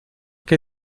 que